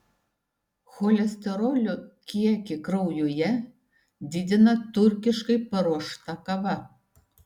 cholesterolio kiekį kraujuje didina turkiškai paruošta kava